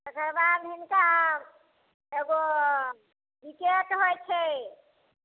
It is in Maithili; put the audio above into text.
तकर बाद हिनका एगो बिकेट होइ छै